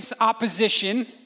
opposition